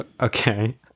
Okay